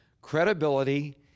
credibility